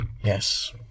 Yes